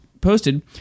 posted